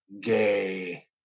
gay